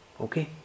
Okay